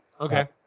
Okay